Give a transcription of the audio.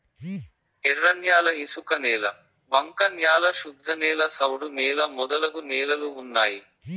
ఎర్రన్యాల ఇసుకనేల బంక న్యాల శుద్ధనేల సౌడు నేల మొదలగు నేలలు ఉన్నాయి